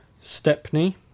Stepney